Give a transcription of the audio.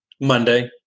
Monday